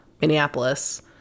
Minneapolis